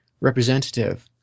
representative